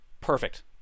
perfect